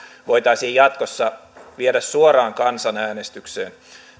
voitaisiin jatkossa viedä suoraan kansanäänestykseen